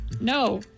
No